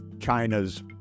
China's